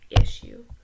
issue